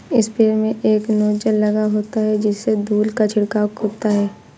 sprayer में एक nozzle लगा होता है जिससे धूल का छिड़काव होता है